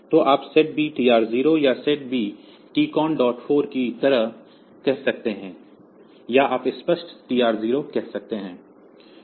तो आप SETB TR 0 या SETB टीकॉन 4 की तरह कह सकते हैं या आप स्पष्ट TR0 कह सकते हैं